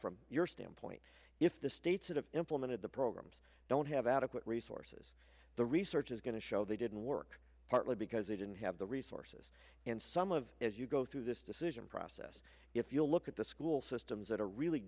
from your standpoint if the states that have implemented the programs don't have adequate resources the research is going to show they didn't work partly because they didn't have the resources and some of as you go through this decision process if you look at the school systems that are really